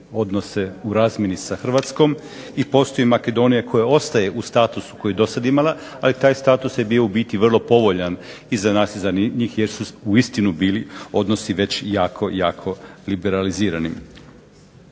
odnose u razmjeni sa Hrvatskom i postoji Makedonija koja ostaje u statusu koji je do sada imala, ali taj status je bio u biti vrlo povoljan i za nas i za njih jer su uistinu bili odnosi već jako, jako liberalizirani.